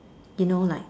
you know like